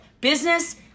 Business